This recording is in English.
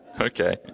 Okay